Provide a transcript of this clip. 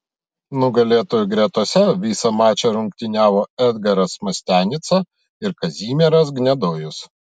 nugalėtojų gretose visą mačą rungtyniavo edgaras mastianica ir kazimieras gnedojus